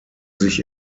sich